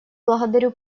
благодарю